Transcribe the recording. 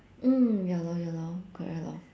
mm ya lor ya lor correct lor